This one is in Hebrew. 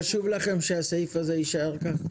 חשוב לכם שהסעיף זזה יישאר כאן?